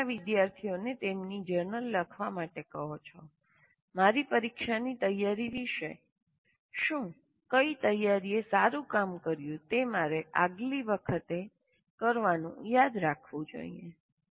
તમે તમારા વિદ્યાર્થીઓને તેમની જર્નલ લખવા માટે કહો છો મારી પરીક્ષાની તૈયારી વિશે શું કઈ તૈયારીએ સારી રીતે કામ કર્યું તે મારે આગલી વખતે કરવાનું યાદ રાખવું જોઈએ